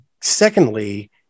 Secondly